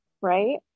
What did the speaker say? Right